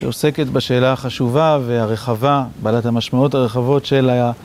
עוסקת בשאלה החשובה והרחבה, בעלת המשמעויות הרחבות של ה...